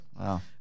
Wow